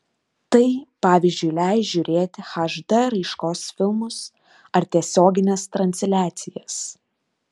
tai pavyzdžiui leis žiūrėti hd raiškos filmus ar tiesiogines transliacijas